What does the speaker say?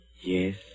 yes